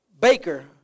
baker